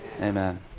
Amen